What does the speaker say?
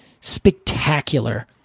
spectacular